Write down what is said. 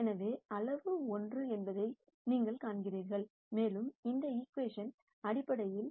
எனவே அளவு 1 என்பதை நீங்கள் காண்கிறீர்கள் மேலும் இந்த ஈகிவேஷன் அடிப்படையில்